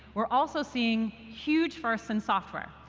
we're also seeing huge firsts in software,